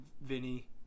Vinny